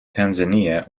tanzania